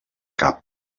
cap